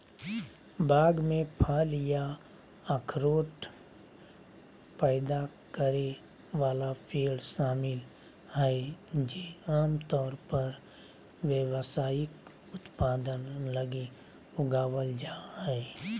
बाग में फल या अखरोट पैदा करे वाला पेड़ शामिल हइ जे आमतौर पर व्यावसायिक उत्पादन लगी उगावल जा हइ